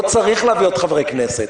לא צריך להביא עוד חברי כנסת.